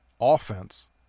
offense